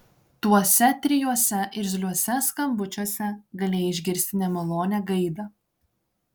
tuose trijuose irzliuose skambučiuose galėjai išgirsti nemalonią gaidą